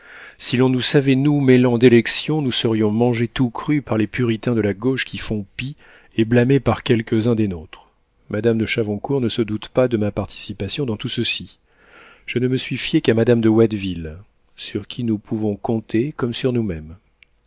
si l'on nous savait nous mêlant d'élections nous serions mangés tout crus par les puritains de la gauche qui font pis et blâmés par quelques-uns des nôtres madame de chavoncourt ne se doute pas de ma participation dans tout ceci je ne me suis fié qu'à madame de watteville sur qui nous pouvons compter comme sur nous-mêmes